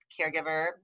caregiver